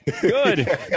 Good